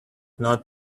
not